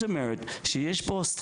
הוא ביקש